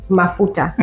mafuta